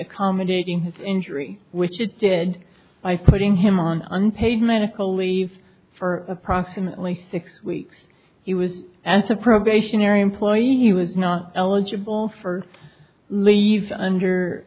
accommodating his injury which it did by putting him on unpaid medical leave for approximately six weeks he was as a probationary employee he was not eligible for leave under